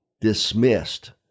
dismissed